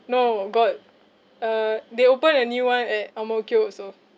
no got uh they open a new one at ang mo kio also